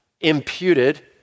imputed